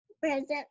Present